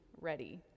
ready